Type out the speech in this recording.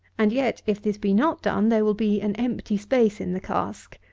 and yet, if this be not done, there will be an empty space in the cask,